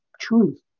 truth